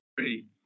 three